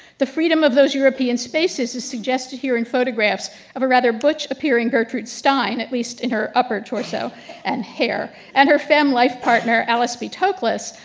the freedom of those european spaces is suggested here in photographs of a rather butch appearing gertrude stein, at least in her upper torso and hair, and her fem life partner alice b toklas.